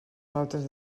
pautes